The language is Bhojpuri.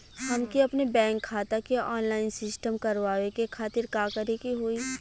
हमके अपने बैंक खाता के ऑनलाइन सिस्टम करवावे के खातिर का करे के होई?